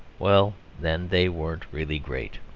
well then, they weren't really great.